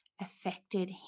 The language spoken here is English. affected